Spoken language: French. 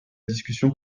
discussion